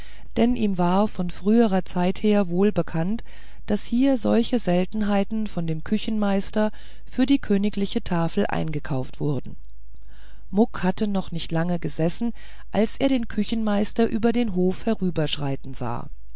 denn ihm war von früherer zeit her wohl bekannt daß hier solche seltenheiten von dem küchenmeister für die königliche tafel eingekauft wurden muck hatte noch nicht lange gesessen als er den küchenmeister über den hof herüberschreiten sah